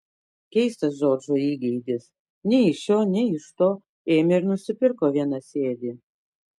keistas džordžo įgeidis nei iš šio nei iš to ėmė ir nusipirko vienasėdį